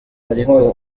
ariko